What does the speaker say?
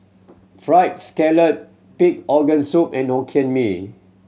Fried Scallop pig organ soup and Hokkien Mee